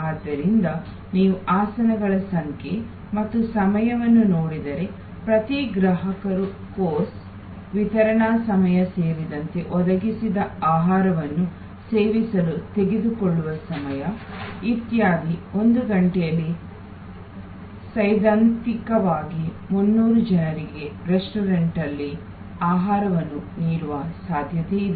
ಆದ್ದರಿಂದ ನೀವು ಆಸನಗಳ ಸಂಖ್ಯೆ ಮತ್ತು ಸಮಯವನ್ನು ನೋಡಿದರೆ ಪ್ರತಿ ಗ್ರಾಹಕರು ಕೋರ್ಸ್ ವಿತರಣಾ ಸಮಯ ಸೇರಿದಂತೆ ಒದಗಿಸಿದ ಆಹಾರವನ್ನು ಸೇವಿಸಲು ತೆಗೆದುಕೊಳ್ಳುವ ಸಮಯ ಇತ್ಯಾದಿ ಒಂದು ಗಂಟೆಯಲ್ಲಿ ಸೈದ್ಧಾಂತಿಕವಾಗಿ 300 ಜನರಿಗೆ ರೆಸ್ಟೋರೆಂಟ್ನಲ್ಲಿ ಆಹಾರವನ್ನು ನೀಡುವ ಸಾಧ್ಯತೆಯಿದೆ